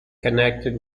connected